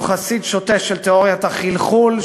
הוא חסיד שוטה של תיאוריית החלחול,